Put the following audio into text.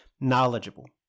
knowledgeable